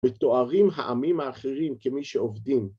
‫מתוארים העמים האחרים כמי שעובדים.